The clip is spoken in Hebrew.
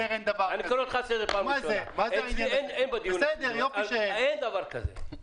--- אין דבר כזה.